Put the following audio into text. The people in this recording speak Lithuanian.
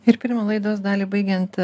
ir pirmą laidos dalį baigiant